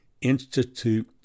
Institute